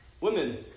Women